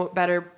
better